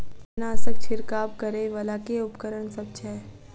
कीटनासक छिरकाब करै वला केँ उपकरण सब छै?